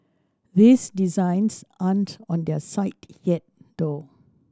these designs aren't on their site yet though